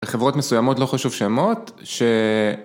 חברות מסוימות לא חשוב שמות ש...